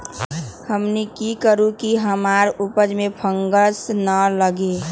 हमनी की करू की हमार उपज में फंगस ना लगे?